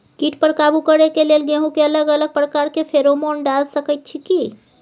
कीट पर काबू करे के लेल गेहूं के अलग अलग प्रकार के फेरोमोन डाल सकेत छी की?